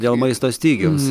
dėl maisto stygiaus